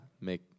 make